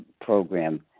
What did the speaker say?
program